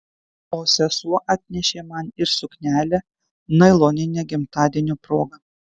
o sesuo atnešė man ir suknelę nailoninę gimtadienio proga